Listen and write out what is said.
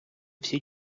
всі